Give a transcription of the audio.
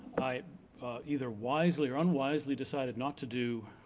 i either wisely, or unwisely decided not to do